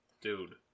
Dude